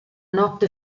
notte